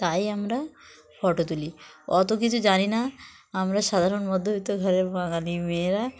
তাই আমরা ফটো তুলি অত কিছু জানি না আমরা সাধারণ মধ্যবিত্ত ঘরের বাঙালি মেয়েরা